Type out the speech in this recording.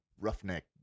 Roughneck